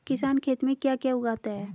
किसान खेत में क्या क्या उगाता है?